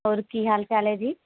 ਹੋਰ ਕੀ ਹਾਲ ਚਾਲ ਹੈ ਜੀ